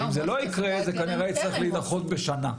ואם זה לא יקרה, זה כנראה יצטרך להידחות בשנה.